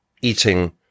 eating